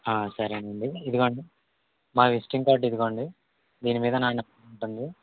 సరేనండీ ఇదిగోండి మా విసిటింగ్ కార్డు ఇదిగోండి దీని మీద నా నెంబర్ ఉంటుంది